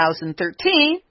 2013